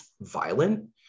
violent